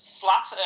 flat